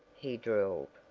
he drawled.